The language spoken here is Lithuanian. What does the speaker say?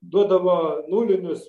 duodavo nulinius